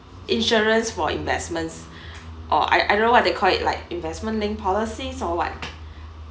insurance for investments or I I don't know what they call it like investment linked policies or what